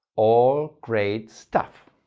all great stuff.